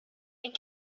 and